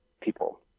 people